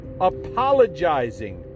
apologizing